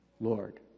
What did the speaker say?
Lord